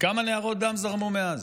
וכמה נהרות דם זרמו מאז?